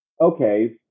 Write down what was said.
okay